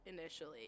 initially